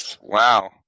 Wow